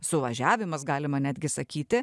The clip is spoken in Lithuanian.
suvažiavimas galima netgi sakyti